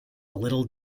little